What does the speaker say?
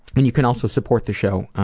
and you can also support the show